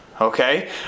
Okay